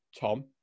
Tom